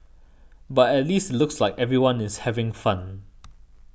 but at least it looks like everyone is having fun